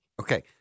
Okay